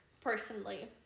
personally